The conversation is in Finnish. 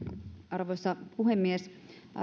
arvoisa puhemies